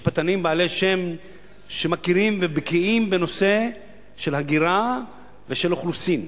משפטנים בעלי שם שמכירים ובקיאים בנושא של הגירה ושל אוכלוסין.